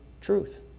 truth